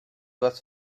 was